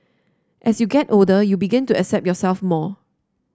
as you get older you begin to accept yourself more